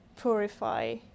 purify